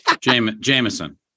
Jameson